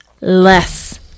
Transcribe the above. less